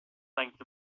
length